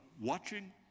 watching